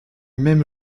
même